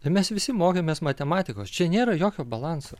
ir mes visi mokėmės matematikos čia nėra jokio balanso